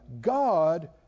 God